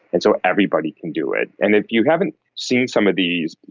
and so everybody can do it. and if you haven't seen some of these,